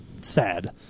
sad